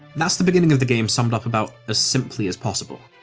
that's the beginning of the game summed up about as simply as possible.